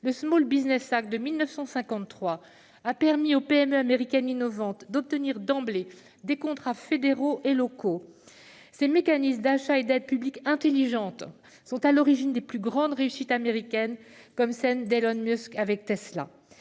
volontaristes. Le de 1953 a permis aux PME américaines innovantes d'obtenir d'emblée des contrats fédéraux ou locaux. Ces mécanismes d'achats et d'aides publiques intelligentes sont à l'origine des plus grandes réussites américaines, comme celle d'Elon Musk avec Tesla.